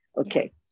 Okay